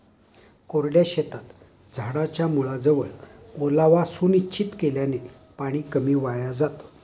कोरड्या शेतात झाडाच्या मुळाजवळ ओलावा सुनिश्चित केल्याने पाणी कमी वाया जातं